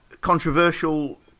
Controversial